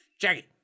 Jackie